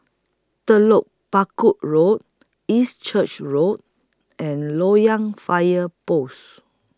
Telok Paku Road East Church Road and Loyang Fire Post